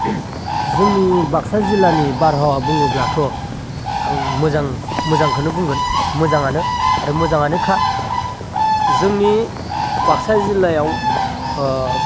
जोंनि बाकसा जिल्लानि बारहावा बुङोब्लाथ आं मोजां मोजांखौनो बुंगोन मोजाङानो आरो मोजाङानोखा जोंनि बाकसा जिल्लायाव